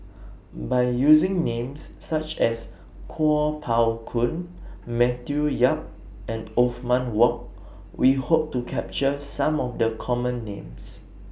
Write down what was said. By using Names such as Kuo Pao Kun Matthew Yap and Othman Wok We Hope to capture Some of The Common Names